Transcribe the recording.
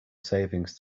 savings